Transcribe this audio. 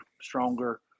stronger